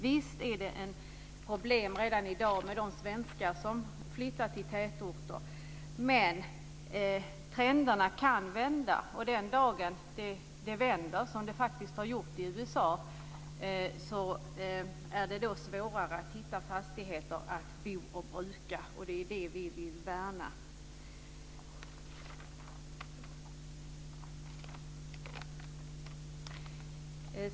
Visst är det ett problem redan i dag med de svenskar som flyttar till tätorter, men trenderna kan vända. Den dag det vänder, som det faktiskt gjort i USA, är det svårare att hitta fastigheter när det gäller att bo och bruka. Det är det vi vill värna.